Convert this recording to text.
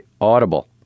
Audible